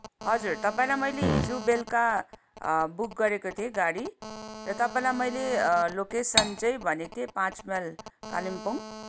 हजुर तपाईँलाई मैले हिजो बेलुका बुक गरेको थिएँ गाडी र तपाईँलाई मैले लोकेसन चाहिँ भनेको थिएँ पाँच माइल कालिम्पोङ